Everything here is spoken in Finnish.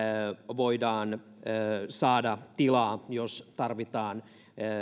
voidaan saada tilaa jos tarvitaan